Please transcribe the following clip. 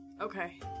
Okay